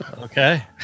Okay